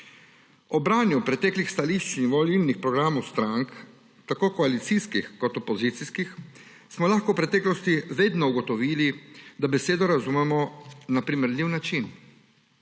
Ob branju preteklih stališč in volilnih programov strank, tako koalicijskih kot opozicijskih, smo lahko v preteklosti vedno ugotovili, da besedo razumemo na primerljiv način.